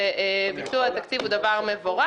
ביצוע התקציב הוא דבר מבורך.